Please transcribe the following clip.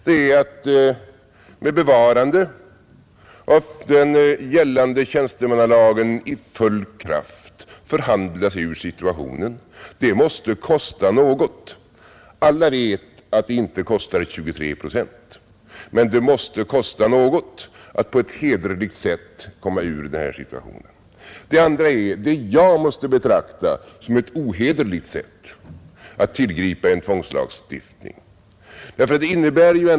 Det är att med bevarande av gällande tjänstemannalag i full kraft förhandla sig ur situationen. Det måste kosta något. Alla vet att det inte kostar 23 procent, men det måste kosta något att på ett hederligt sätt komma ur den här situationen. Det andra är det sätt jag måste betrakta som ohederligt, nämligen att tillgripa en tvångslagstiftning.